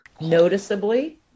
noticeably